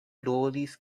rolis